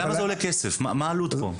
למה זה עולה כסף, מה העלות פה?